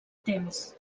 temps